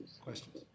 Questions